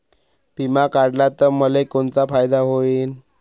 बिमा काढला त मले कोनचा फायदा होईन?